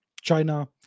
China